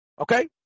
Okay